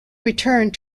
returned